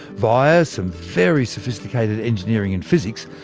via some very sophisticated engineering and physics,